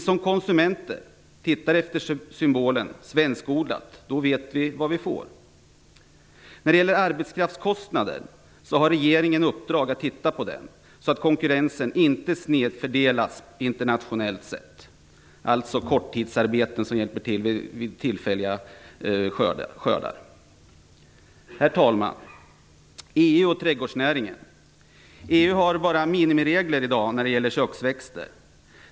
Som konsumenter tittar vi efter symbolen Svenskodlat, för då vet vi vad vi får. Regeringen har fått i uppdrag att se över frågan om arbetskraftskostnader i samband med korttidsarbete vid tillfälliga skördar för att konkurrensen inte skall snedfördelas internationellt sett. Herr talman! EU och trädgårdsnäringen: EU har i dag bara minimiregler när det gäller köksväxter.